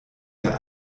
der